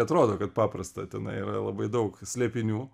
atrodo kad paprasta tenai yra labai daug slėpinių